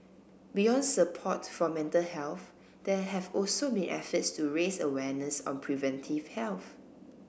beyond support for mental health there have also been efforts to raise awareness on preventive health